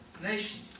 nation